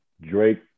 Drake